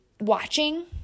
watching